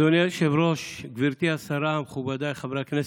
אדוני היושב-ראש, גברתי השרה, מכובדיי חברי הכנסת,